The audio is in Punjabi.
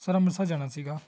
ਸਰ ਅੰਮ੍ਰਿਤਸਰ ਜਾਣਾ ਸੀਗਾ